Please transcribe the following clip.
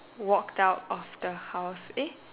walked out of the house eh